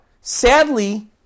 Sadly